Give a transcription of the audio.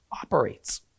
operates